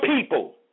people